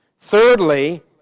Thirdly